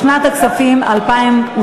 לשנת הכספים 2013,